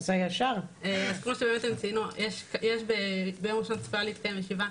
כמו שהן ציינו, ביום ראשון צפויה להתקיים ישיבה.